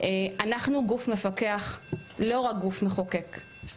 אנחנו גוף מפקח לא רק גוף מחוקק,